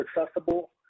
accessible